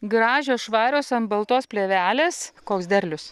gražios švarios ant baltos plėvelės koks derlius